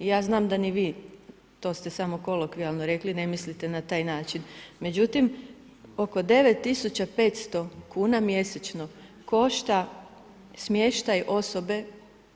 I ja znam da ni vi, to ste samo kolokvijalno rekli, ne mislite na taj način međutim, oko 9500 kn, mjesečno košta smještaj osobe